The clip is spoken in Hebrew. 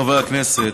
חברי הכנסת,